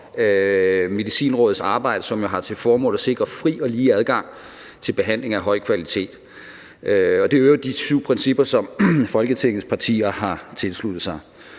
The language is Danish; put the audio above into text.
Medicinrådets arbejde, som jo har til formål at sikre fri og lige adgang til behandling af høj kvalitet. Og det er i øvrigt de syv principper, som Folketingets partier har tilsluttet sig.